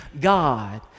God